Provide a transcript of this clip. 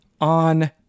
on